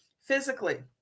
physically